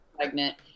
pregnant